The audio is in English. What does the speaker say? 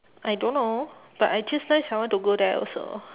I don't know but I just nice I want to go there also